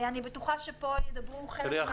אני בטוחה שכאן ידברו חלק מהחברים על כך.